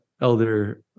Elder